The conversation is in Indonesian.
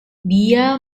dia